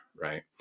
right